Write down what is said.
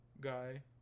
guy